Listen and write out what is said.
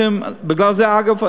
אגב,